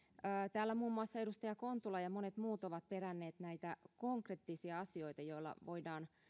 täällä muun muassa edustaja kontula ja monet muut ovat peränneet näitä konkreettisia asioita joilla voidaan